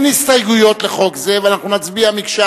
אין הסתייגויות לחוק זה ואנחנו נצביע מקשה